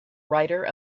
writer